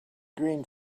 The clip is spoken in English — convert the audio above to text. green